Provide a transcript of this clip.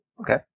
Okay